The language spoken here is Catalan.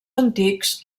antics